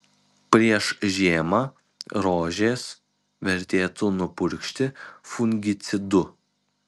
prieš žiemą rožes vertėtų nupurkšti fungicidu